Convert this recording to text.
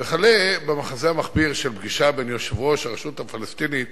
וכלה במחזה המחפיר של פגישה בין יושב-ראש הרשות הפלסטינית